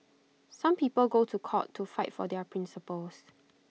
some people go to court to fight for their principles